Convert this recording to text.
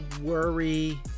worry